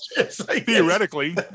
theoretically